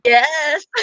Yes